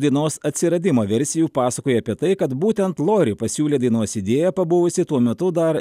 dainos atsiradimo versijų pasakoja apie tai kad būtent lorai pasiūlė dainos idėją pabuvusi tuo metu dar